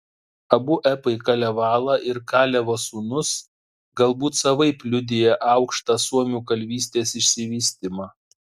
abu epai kalevala ir kalevo sūnus galbūt savaip liudija aukštą suomių kalvystės išsivystymą